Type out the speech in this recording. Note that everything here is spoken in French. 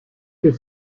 que